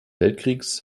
weltkriegs